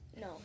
no